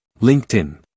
LinkedIn